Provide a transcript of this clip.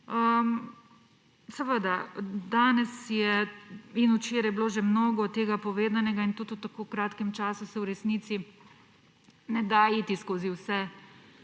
dialog. Danes in včeraj je bilo že mnogo tega povedanega in tudi v tako kratkem času se v resnici ne da iti skozi vse